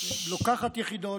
לוקחת יחידות,